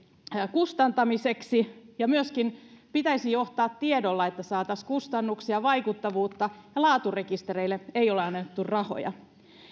kustantamiseksi ja myöskin pitäisi johtaa tiedolla että saataisiin kustannuksille vaikuttavuutta ja laaturekistereille ei ole annettu rahoja